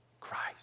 Christ